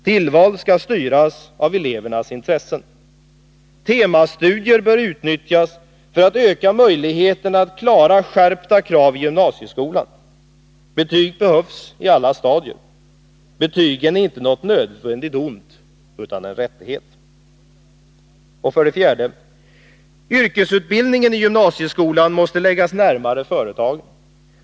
Tillval skall styras av elevernas intressen. Temastudier bör utnyttjas för att öka möjligheterna att klara skärpta krav i gymnasiesko ' lan. Betyg behövs i alla stadier. Betygen är inte något nödvändigt ont utan en rättighet. 4. Yrkesutbildningen i gymnasieskolan måste läggas närmare företagen.